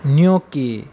gnocchi